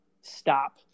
stop